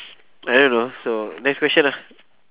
I don't know so next question lah